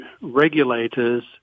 regulators